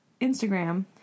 Instagram